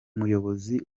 muyobozi